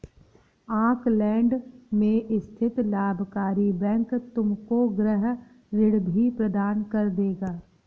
Auckland में स्थित लाभकारी बैंक तुमको गृह ऋण भी प्रदान कर देगा